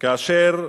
כאשר,